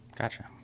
Gotcha